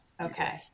Okay